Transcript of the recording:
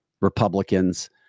Republicans